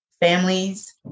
Families